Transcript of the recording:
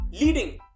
leading